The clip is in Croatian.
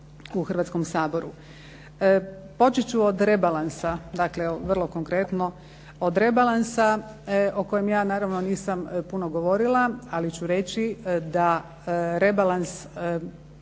u Hrvatskom saboru. Počet ću od rebalansa, dakle vrlo konkretno, od rebalansa o kojem ja naravno nisam puno govorila, ali ću reći da rebalans